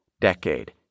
decade